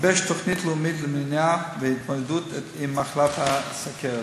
גיבש תוכנית לאומית למניעה ולהתמודדות עם מחלת הסוכרת.